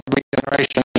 regeneration